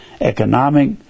economic